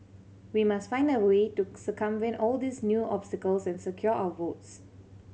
we must find a way to circumvent all these new obstacles and secure our votes